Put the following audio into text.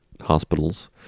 hospitals